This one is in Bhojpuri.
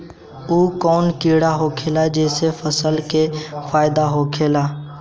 उ कौन कीड़ा होखेला जेसे फसल के फ़ायदा होखे ला?